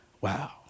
wow